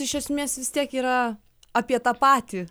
iš esmės vis tiek yra apie tą patį